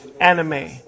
anime